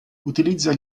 utilizza